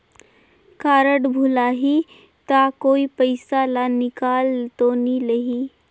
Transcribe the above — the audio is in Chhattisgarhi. कारड भुलाही ता कोई पईसा ला निकाल तो नि लेही?